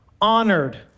honored